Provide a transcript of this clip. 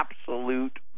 absolute